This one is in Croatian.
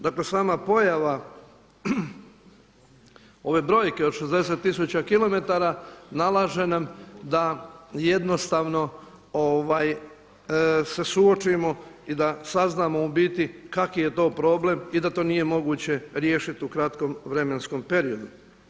Dakle sama pojava ove brojke od 60 tisuća kilometara nalaže nam da jednostavno se suočimo i da saznamo u biti kakav je to problem i da to nije moguće riješiti u kratkom vremenskom periodu.